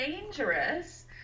dangerous